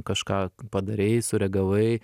kažką padarei sureagavai